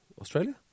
Australia